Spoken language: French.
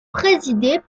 présidé